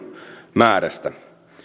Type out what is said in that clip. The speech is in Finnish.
määrästä